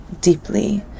deeply